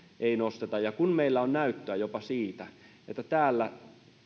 ei nosteta ja kun meillä on näyttöä jopa siitä että täällä